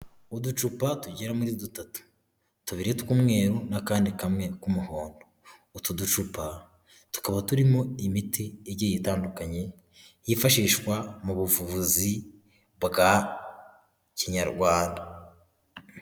Uducupa tugera muri dutatu, tubiri tw'umweru n'akandi kamwe k'umuhondo, utu ducupa tukaba turimo imiti igiye itandukanye yifashishwa mu buvuzi bwa kinyarwanda.